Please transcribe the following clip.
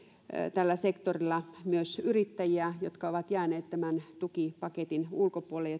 tällä sektorilla myös yrittäjiä jotka ovat jääneet tämän tukipaketin ulkopuolelle